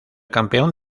campeón